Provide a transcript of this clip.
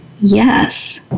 yes